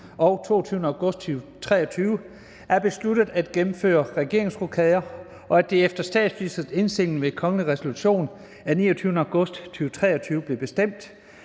og 22. august 2023 er besluttet at gennemføre regeringsrokader, og at det efter statsministerens indstilling ved kongelig resolution af 29. august 2023 blev bestemt,